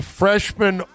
freshman